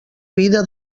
vida